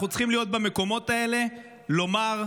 אנחנו צריכים להיות במקומות האלה ולומר: